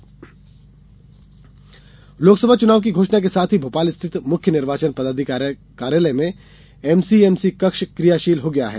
एमसीएमसीकक्ष लोकसभा चुनाव की घोषणा के साथ ही भोपाल स्थित मुख्य निर्वाचन पदाधिकारी कार्यालय में एमसीएमसीकक्ष क्रियाशील हो गया है